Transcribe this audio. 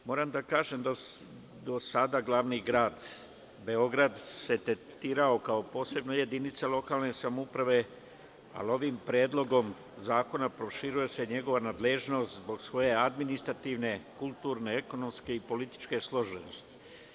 Moram da kažem da se do sada glavni grad Beograd tretirao kao posebna jedinica lokalne samouprave, ali ovim Predlogom zakona proširuje se njegova nadležnost zbog svoje administrativne, kulturne, ekonomske i političke složenosti.